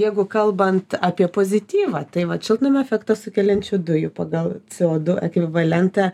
jeigu kalbant apie pozityvą tai vat šiltnamio efektą sukeliančių dujų pagal co du ekvivalentą